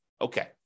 okay